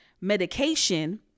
medication